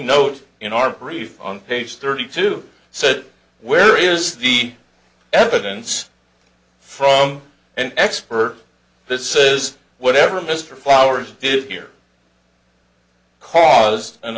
note in our brief on page thirty two said where is the evidence from and expert this says whatever mr flowers did here caused an